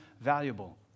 valuable